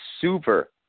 super